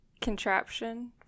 contraption